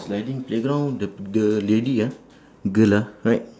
sliding playground the the lady ah girl lah right